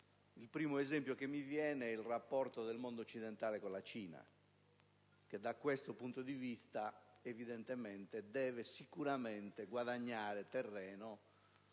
Il primo esempio che mi viene in mente è il rapporto del mondo occidentale con la Cina, Paese che da questo punto di vista deve sicuramente guadagnare terreno